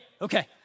okay